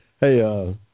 Hey